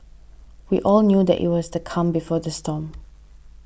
we all knew that it was the calm before the storm